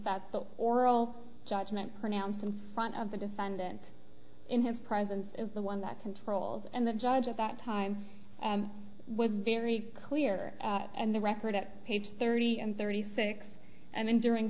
the oral judgment pronounced in front of the defendant in his presence is the one that controls and the judge at that time when very clear and the record at page thirty and thirty six and during